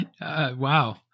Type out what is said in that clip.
Wow